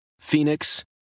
Phoenix